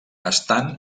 estan